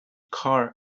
car